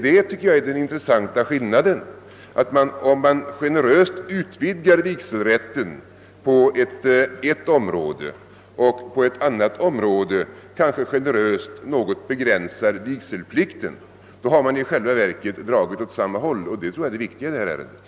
Det är den intressanta skillnaden. Om man på ett område generöst utvidgar vigselrätten och på ett annat område — kanske generöst — något begränsar vigselplikten, har man i själva verket dragit åt samma håll, och det tror jag är det viktiga i detta ärende.